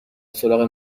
سراغ